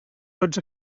tots